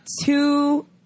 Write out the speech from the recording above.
two